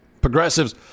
Progressives